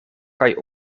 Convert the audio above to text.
kaj